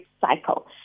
cycle